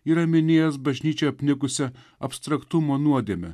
yra minėjęs bažnyčią apnikusią abstraktumo nuodėmę